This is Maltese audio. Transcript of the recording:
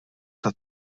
tat